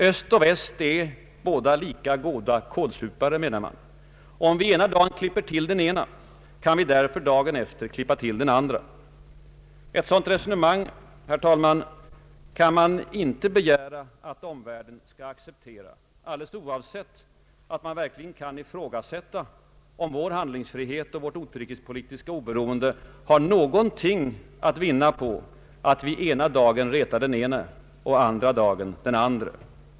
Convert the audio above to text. Öst och Väst är båda lika goda ”kålsupare”, menar man, Om vi ena dagen ”klipper till” den ene, kan vi därför dagen efter ”klippa till” den andre. Ett sådant resonemang, herr talman, kan det inte begäras att omvärlden skall acceptera — alldeles oavsett att man verkligen kan ifrågasätta, om vår handlingsfrihet och vårt utrikespolitiska oberoende har någonting att vinna på att vi ena dagen retar den ene och andra dagen den andre.